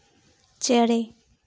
ᱪᱮᱬᱮ